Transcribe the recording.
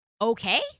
okay